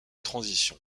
transition